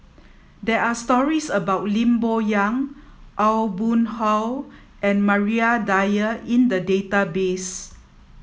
there are stories about Lim Bo Yam Aw Boon Haw and Maria Dyer in the database